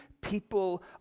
people